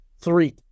three